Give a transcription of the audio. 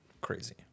Crazy